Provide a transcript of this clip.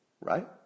Right